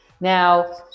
Now